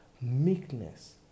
meekness